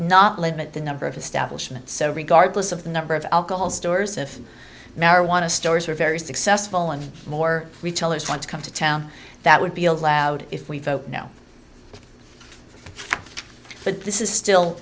not limit the number of establishment so regardless of the number of alcohol stores if marijuana stores are very successful and more retailers want to come to town that would be allowed if we vote no but this is still